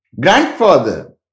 grandfather